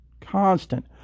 constant